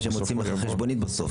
הסתייגות מספר